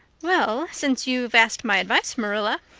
well, since you've asked my advice, marilla,